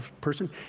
person